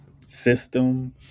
system